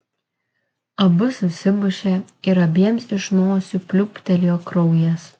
abu susimušė ir abiems iš nosių pliūptelėjo kraujas